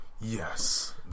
Yes